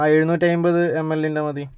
ആ എഴുന്നൂറ്റി അയ്മ്പത് എമ്മല്ലിൻ്റെ മതി